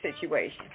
situation